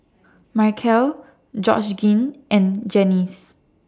Michale Georgeann and Janyce